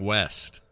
West